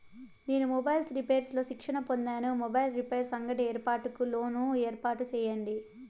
నేను mobiles repairs లో శిక్షణ పొందాను, మొబైల్ రిపైర్స్ అంగడి ఏర్పాటుకు లోను ఏర్పాటు సేయండి?